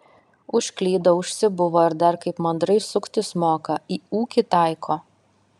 užklydo užsibuvo ir dar kaip mandrai suktis moka į ūkį taiko